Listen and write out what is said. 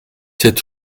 sept